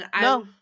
No